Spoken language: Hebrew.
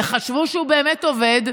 וחשבו שהוא באמת עובד,